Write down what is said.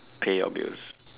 pay your bills